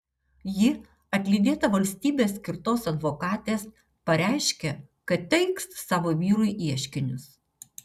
ji atlydėta valstybės skirtos advokatės pareiškė kad teiks savo vyrui ieškinius